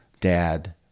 dad